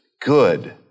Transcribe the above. good